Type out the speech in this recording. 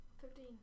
Thirteen